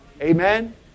Amen